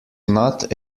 not